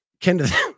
Kendra